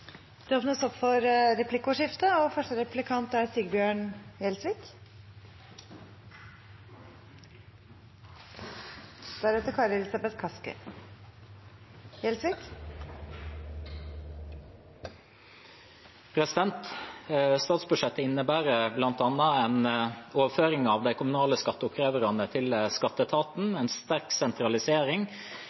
Statsbudsjettet innebærer bl.a. en overføring av de kommunale skatteoppkreverne til skatteetaten – en sterk sentralisering